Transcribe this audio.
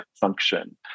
function